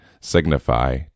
signify